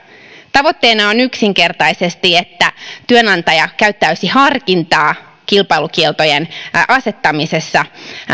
tavoitteena on yksinkertaisesti että työnantaja käyttäisi harkintaa kilpailukieltojen asettamisessa